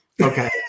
okay